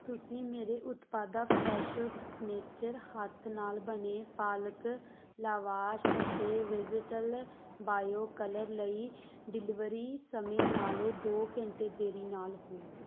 ਤੁਸੀਂ ਮੇਰੇ ਉਤਪਾਦਾਂ ਫਰੈਸ਼ੋ ਸਿਗਨੇਚਰ ਹੱਥ ਨਾਲ ਬਣੇ ਪਾਲਕ ਲਾਵਾਸ਼ ਅਤੇ ਵੇਜੀਟਲ ਬਾਇਓ ਕਲਰ ਲਈ ਡਿਲੀਵਰੀ ਸਮੇਂ ਨਾਲੋਂ ਦੋ ਘੰਟੇ ਦੇਰੀ ਨਾਲ ਹੋ